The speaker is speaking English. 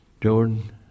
Jordan